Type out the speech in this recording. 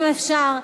אם אפשר,